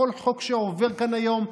כל חוק שעובר כאן היום,